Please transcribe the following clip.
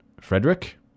Frederick